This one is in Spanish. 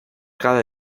cada